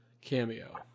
cameo